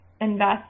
invest